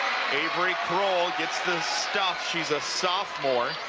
avery kroll gets the stuff she is a sophomore